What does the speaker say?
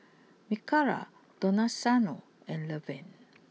Mikala Donaciano and Levern